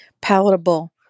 palatable